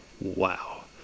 Wow